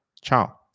ciao